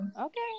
Okay